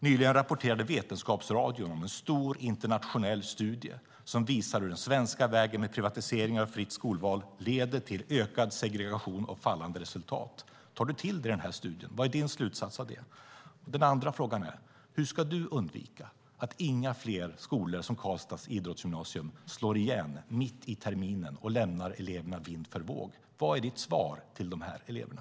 Nyligen rapporterade Vetenskapsradion om en stor internationell studie som visade hur den svenska vägen med privatiseringar och fritt skolval leder till ökad segregation och fallande resultat. Tar du till dig den här studien? Vad är din slutsats av den? Den andra frågan är: Hur ska du undvika att fler skolor gör som Karlstads idrottsgymnasium och slår igen mitt i terminen och lämnar eleverna vind för våg? Vad är ditt svar till eleverna?